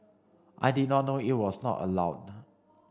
I did not know it was not allowed